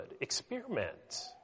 Experiment